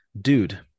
dude